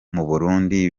muburundi